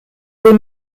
des